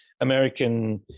American